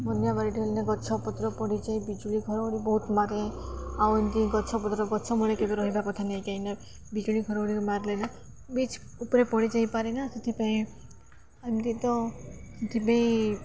ବନ୍ୟା ମରୁଡ଼ି ହେଲେ ଗଛପତ୍ର ପଡ଼ିଯାଏ ବିଜୁଳି ଘଡ଼ଘଡ଼ି ବହୁତ ମାରେ ଆଉ ଏମିତି ଗଛପତ୍ର ଗଛ ମୂଳେ କେବେ ରହିବା କଥା ନାଇଁ କାହିଁକି ବିଜୁଳି ଘଡ଼ଘଡ଼ି ମାରିଲେ ନା ବିଜୁଳି ଉପରେ ପଡ଼ି ଯାଇପାରେ ନା ସେଥିପାଇଁ ଏମିତି ତ ସେଥିପାଇଁ